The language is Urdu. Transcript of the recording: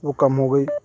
وہ کم ہو گئی